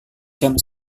jam